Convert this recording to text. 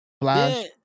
Flash